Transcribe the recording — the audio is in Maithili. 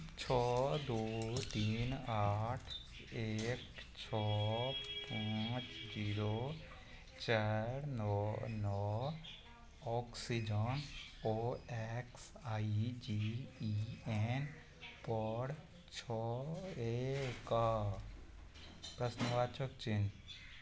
छओ दुइ तीन आठ एक छओ पाँच जीरो चारि नओ नओ oxygen O X I G E N पर छै एक प्रश्नवाचक चिह्न